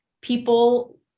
People